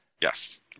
Yes